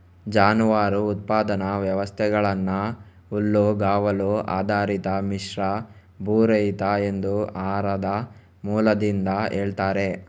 ಜಾನುವಾರು ಉತ್ಪಾದನಾ ವ್ಯವಸ್ಥೆಗಳನ್ನ ಹುಲ್ಲುಗಾವಲು ಆಧಾರಿತ, ಮಿಶ್ರ, ಭೂರಹಿತ ಎಂದು ಆಹಾರದ ಮೂಲದಿಂದ ಹೇಳ್ತಾರೆ